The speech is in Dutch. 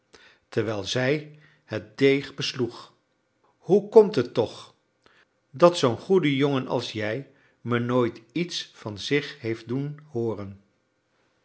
terwijl zij het deeg besloeg hoe komt het toch dat zoo'n goede jongen als jij me nooit iets van zich heeft doen hooren